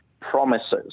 promises